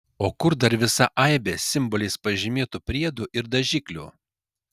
o kur dar visa aibė simboliais pažymėtų priedų ir dažiklių